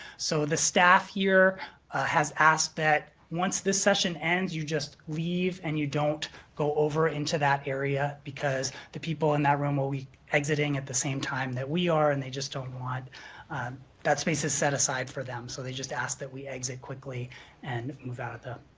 so, the staff here has asked that once this session ends, you just leave and you don't go over into that area because the people in that room will be exiting at the same time that we are and they just don't want that space is set aside for them. so, they just ask that we exit quickly and move out of the